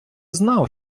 знав